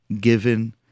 given